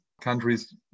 countries